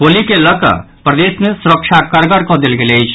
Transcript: होली के लऽ कऽ प्रदेश मे सुरक्षा कड़गड़ कऽ देल गेल अछि